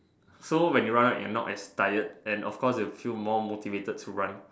so when you run right you're not as tired and of course you feel more motivated to run